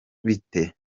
bite